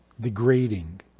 degrading